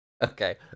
Okay